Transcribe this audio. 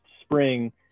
spring